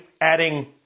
adding